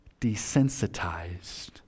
desensitized